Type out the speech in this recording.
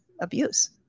abuse